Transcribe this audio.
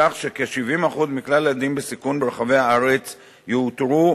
כך שכ-70% מכלל הילדים בסיכון ברחבי הארץ יאותרו